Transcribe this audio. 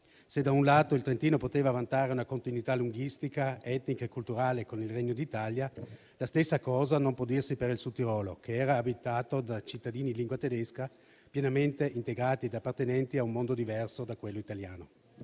Se da un lato il Trentino poteva vantare una continuità linguistica, etnica e culturale con il Regno d'Italia, la stessa cosa non può dirsi per il Sud Tirolo, che era abitato da cittadini in lingua tedesca pienamente integrati e appartenenti a un mondo diverso da quello italiano.